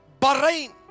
Bahrain